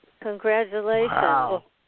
Congratulations